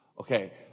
Okay